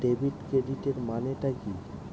Debit ক্রেডিটের মানে টা কি?